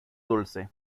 dulce